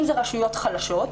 אם אלו רשויות חלשות,